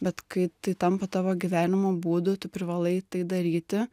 bet kai tai tampa tavo gyvenimo būdu tu privalai tai daryti